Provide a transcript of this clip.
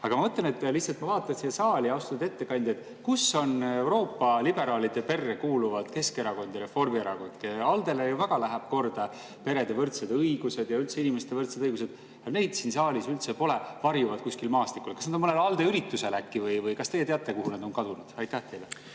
Aga ma mõtlen, ma lihtsalt vaatan siia saali: austatud ettekandja, kus on Euroopa liberaalide perre kuuluvad Keskerakond ja Reformierakond? ALDE‑le ju väga lähevad korda perede võrdsed õigused ja üldse inimeste võrdsed õigused. Ent neid siin saalis üldse pole, varjuvad kuskil maastikul. Kas nad on mõnel ALDE üritusel äkki või kas teie teate, kuhu nad on kadunud? Aitäh!